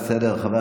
איך הוא כובש?